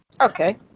Okay